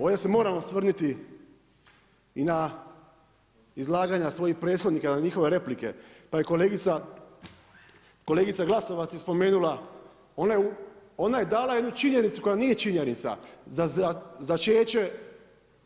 Ovdje se moram osvrnuti i na izlaganja svojih prethodnika na njihove replike pa je kolegica Glasovac je spomenula, ona je dala jednu činjenicu koja nije činjenica za začeće,